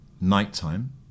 nighttime